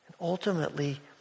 Ultimately